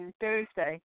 Thursday